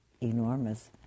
enormous